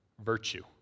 virtue